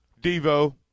Devo